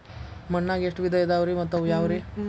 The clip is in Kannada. ಮಣ್ಣಾಗ ಎಷ್ಟ ವಿಧ ಇದಾವ್ರಿ ಮತ್ತ ಅವು ಯಾವ್ರೇ?